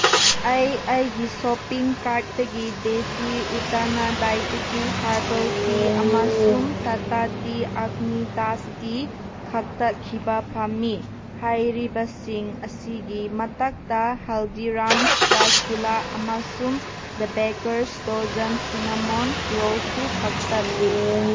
ꯑꯩ ꯑꯩꯒꯤ ꯁꯣꯄꯤꯡ ꯀꯥꯔꯠꯇꯒꯤ ꯗꯦꯁꯤ ꯎꯇꯥꯅꯥ ꯗꯥꯏꯄꯤꯇꯤ ꯍꯥꯔꯕꯜ ꯇꯤ ꯑꯃꯁꯨꯡ ꯇꯇꯥ ꯇꯤ ꯑꯛꯅꯤ ꯗꯥꯁ ꯇꯤ ꯈꯛꯇꯈꯤꯕ ꯄꯥꯝꯃꯤ ꯍꯥꯏꯔꯤꯕꯁꯤꯡ ꯑꯁꯤꯒꯤ ꯃꯇꯛꯇ ꯍꯜꯗꯤꯔꯥꯝꯁ ꯔꯥꯁꯒꯨꯂꯥ ꯑꯃꯁꯨꯡ ꯗꯕꯦꯒꯔꯁ ꯗꯣꯖꯟ ꯁꯤꯅꯥꯃꯣꯟ ꯔꯣꯜꯁꯨ ꯀꯛꯇꯠꯂꯨ